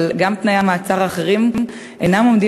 אבל גם תנאי המעצר האחרים אינם עומדים